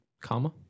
comma